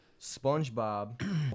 SpongeBob